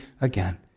again